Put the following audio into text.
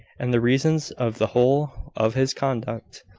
and the reasons of the whole of his conduct.